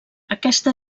aquesta